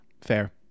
Fair